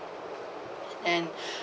and